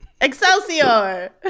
Excelsior